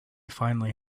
finally